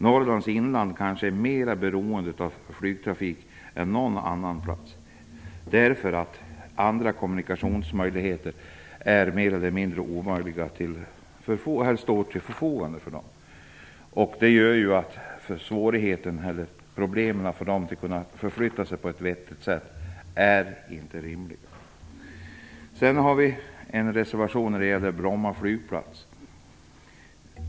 Norrlands inland är kanske mer beroende av flygtrafik än någon annan plats, eftersom andra kommunikationer inte står till förfogande där. Det gör att problemen att förflytta sig på ett vettigt sätt inte är rimliga. Vi har också en reservation som gäller Bromma flygplats.